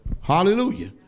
Hallelujah